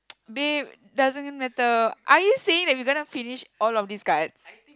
babe doesn't even matter are you saying that we gonna finish all of these cards